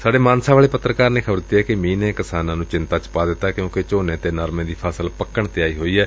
ਸਾਡੇ ਮਾਨਸਾ ਵਾਲੇ ਪੱਤਰਕਾਰ ਨੇ ਖ਼ਬਰ ਦਿੱਤੀ ਏ ਕਿ ਮੀਂਹ ਨੇ ਕਿਸਾਨਾਂ ਨੂੰ ਚਿੰਤਾ ਵਿਚ ਪਾ ਦਿੱਤੈ ਕਿਉਂਕਿ ਝੋਨੇ ਅਤੇ ਨਰਮੇ ਦੀ ਫਸਲ ਪੱਕਣ ਤੇ ਆਈ ਹੋਈ ਏ